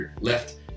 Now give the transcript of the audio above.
left